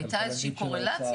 הייתה איזו שהיא קורלציה?